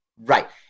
right